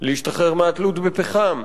להשתחרר מהתלות בנפט, להשתחרר מהתלות מפחם,